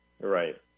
Right